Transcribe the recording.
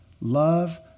love